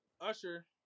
Usher